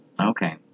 okay